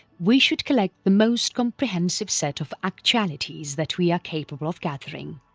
we should collect the most comprehensive set of actualities that we are capable of gathering.